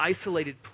isolated